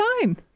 time